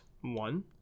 one